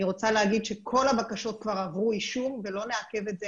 אני רוצה להגיד שכל הבקשות כבר עברו אישור ולא נעכב את זה,